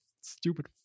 stupid